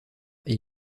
est